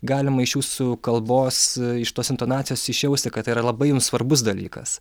galima iš jūsų kalbos iš tos intonacijos išjausti kad tai yra labai jums svarbus dalykas